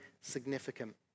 significant